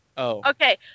Okay